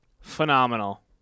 phenomenal